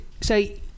Say